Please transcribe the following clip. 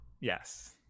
yes